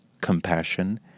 compassion